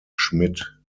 schmidt